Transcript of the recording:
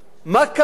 מה קרה?